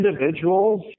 individuals